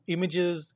Images